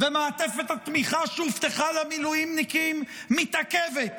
מעטפת התמיכה שהובטחה למילואימניקים מתעכבת,